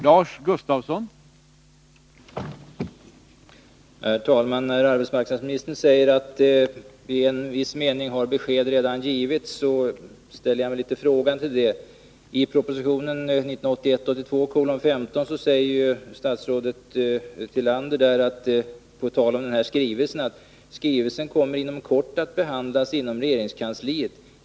Herr talman! Arbetsmarknadsministern säger att besked i viss mening redan har givits. Jag ställer mig litet frågande till det. I proposition 1981/82:15 säger ju statsrådet Tillander på tal om AMS skrivelse: ”Skrivelsen kommer inom kort att behandlas inom regeringskansliet.